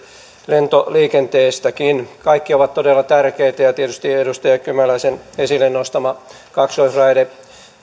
lentoliikenteestäkin kaikki ovat todella tärkeitä ja tietysti edustaja kymäläisen esille nostama kaksoisraide